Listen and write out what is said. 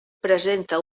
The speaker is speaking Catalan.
presenta